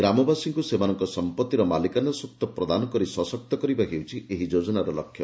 ଗ୍ରାମବାସୀଙ୍କ ସେମାନଙ୍କ ସମ୍ପତିର ମାଲିକାନାସତ୍ ପ୍ରଦାନ କରି ସଶକ୍ତକରିବା ହେଉଛି ଏହି ଯୋଜନାର ଲକ୍ଷ୍ୟ